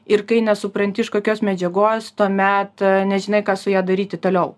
ir kai nesupranti iš kokios medžiagos tuomet nežinai ką su ja daryti toliau